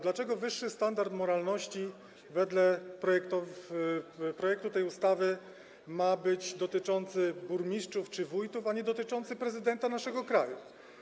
Dlaczego wyższy standard moralności wedle projektu tej ustawy ma dotyczyć burmistrzów czy wójtów, a nie dotyczyć prezydenta naszego kraju?